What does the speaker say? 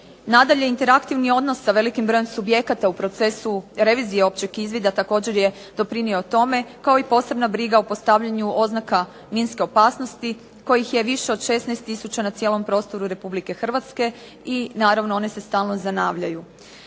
Nadalje, interaktivni odnos sa velikim brojem subjekata u procesu revizije općeg izvida također je doprinio tome kao i posebna briga o postavljanju oznaka minske opasnosti kojih je više od 16 tisuća na cijelom prostoru Republike Hrvatske i naravno one se stalno zanavljaju.